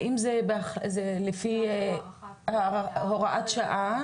האם זה לפי הוראת שעה?